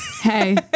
Hey